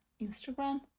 Instagram